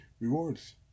rewards